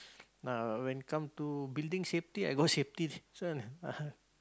ah when it comes to building safety I got safety this one